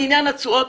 לעניין התשואות,